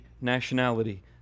nationality